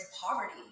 poverty